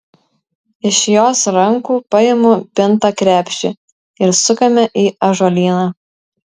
iš jos rankų paimu pintą krepšį ir sukame į ąžuolyną